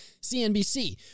CNBC